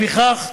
לפיכך,